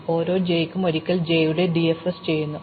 അതിനാൽ ഓരോ j യ്ക്കും ഒരിക്കൽ ഞങ്ങൾ j യുടെ DFS ചെയ്യുന്നു